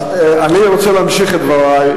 אני רוצה להמשיך את דברי.